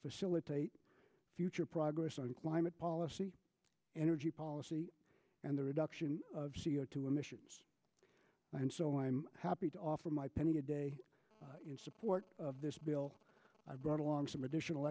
facilitate future progress on climate policy energy policy and the reduction of c o two emissions and so i'm happy to offer my penny a day in support of this bill i brought along some additional